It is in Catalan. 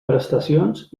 prestacions